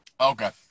Okay